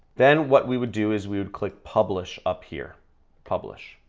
then, what we would do is we would click publish up here publish.